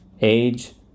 age